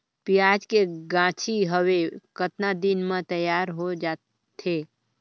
पियाज के गाछी हवे कतना दिन म तैयार हों जा थे?